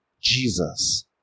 Jesus